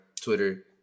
Twitter